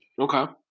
Okay